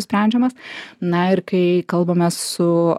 sprendžiamas na ir kai kalbame su